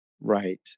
Right